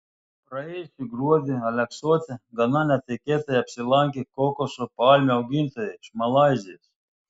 praėjusį gruodį aleksote gana netikėtai apsilankė kokoso palmių augintojai iš malaizijos